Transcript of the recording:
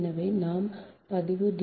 எனவே நாம் பதிவு D